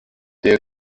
der